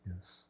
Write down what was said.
yes